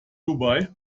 dubai